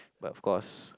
but of course